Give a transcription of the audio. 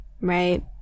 right